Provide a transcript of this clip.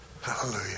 Hallelujah